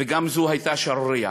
וגם זו הייתה שערורייה.